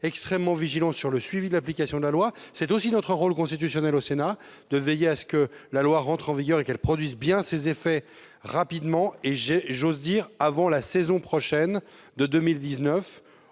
extrêmement vigilants sur le suivi de l'application de la loi. C'est aussi notre rôle constitutionnel ici, au Sénat, de veiller à ce que la loi entre en vigueur sans tarder et produise bien ses effets rapidement- j'ose dire avant la saison prochaine de 2019.